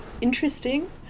interesting